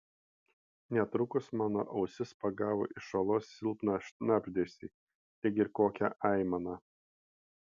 netrukus mano ausis pagavo iš olos silpną šnabždesį lyg ir kokią aimaną